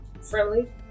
friendly